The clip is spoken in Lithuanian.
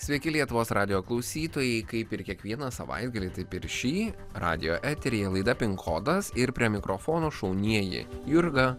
sveiki lietuvos radijo klausytojai kaip ir kiekvieną savaitgalį taip ir šį radijo eteryje laida pinkodas ir prie mikrofono šaunieji jurga